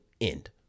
end